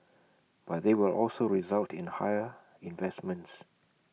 but they will also result in higher investments